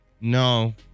No